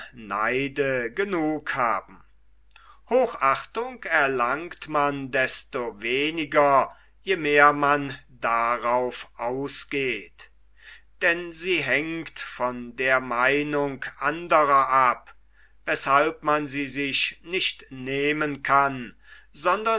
neide genug haben hochachtung erlangt man desto weniger je mehr man darauf ausgeht denn sie hängt von der meinung andrer ab weshalb man sie sich nicht nehmen kann sondern